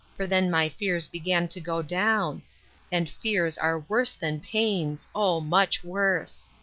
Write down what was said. for then my fears began to go down and fears are worse than pains oh, much worse.